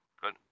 good